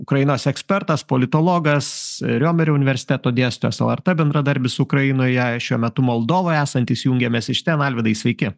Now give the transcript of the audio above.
ukrainos ekspertas politologas riomerio universiteto dėstytojas lrt bendradarbis ukrainoje šiuo metu moldovoj esantis jungiamės iš ten alvydai sveiki